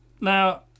Now